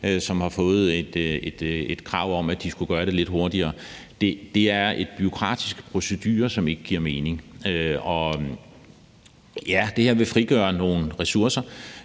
som har fået krav om, at de skulle gøre lidt hurtigere, er en bureaukratisk procedure, som ikke giver mening. Ja, det her vil frigøre nogle ressourcer